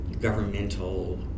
governmental